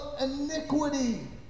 iniquity